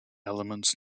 elements